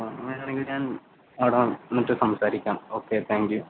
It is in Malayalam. അങ്ങനെ ആണെങ്കിൽ ഞാൻ അവിടെ വന്നിട്ട് സംസാരിക്കാം ഓക്കെ താങ്ക്യൂ